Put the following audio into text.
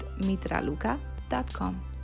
mitraluka.com